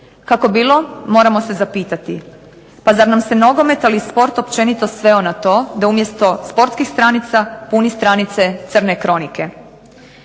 Kako bilo, moramo se zapitati par nam se nogomet, ali i sport općenito sveo na to, da umjesto sportskih stranica puni stranice crne kronike.